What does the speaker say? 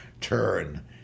turn